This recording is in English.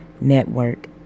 Network